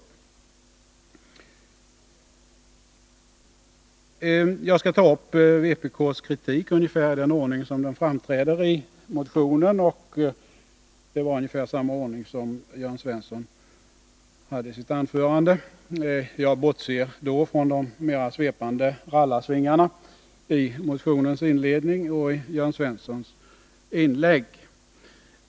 Jag skall ta upp vpk:s kritik i ungefär den ordning som den framträder i motionen. Det är ungefär samma ordning som Jörn Svensson hade i sitt anförande. Jag bortser då från de mera svepande rallarsvingarna i motionens inledning och Jörn Svenssons inlägg.